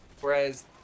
Whereas